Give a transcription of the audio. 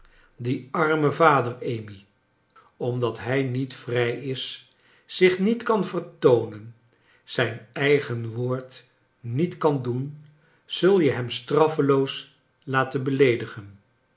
die arme vader amyt omdat hij niet vrij is zich niet kan vertoonen zijn eigen woord niet kan doen zul je hem straff eloos laten beleedigenl